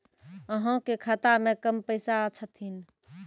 अहाँ के खाता मे कम पैसा छथिन?